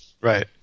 right